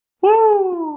Woo